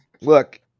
Look